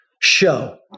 show